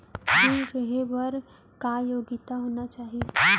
ऋण लेहे बर का योग्यता होना चाही?